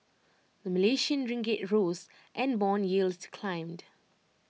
the Malaysian ringgit rose and Bond yields climbed